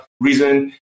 reason